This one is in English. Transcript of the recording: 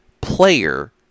player